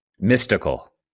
mystical